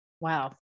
Wow